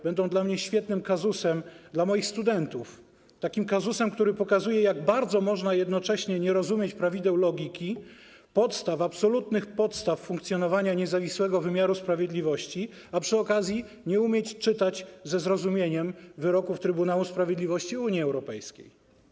Będą świetnym kazusem dla moich studentów, kazusem, który pokazuje, jak bardzo można jednocześnie nie rozumieć prawideł logiki, absolutnych podstaw funkcjonowania niezawisłego wymiaru sprawiedliwości, a przy okazji nie umieć czytać ze zrozumieniem wyroków Trybunału Sprawiedliwości Unii Europejskiej.